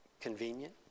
convenient